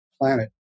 planet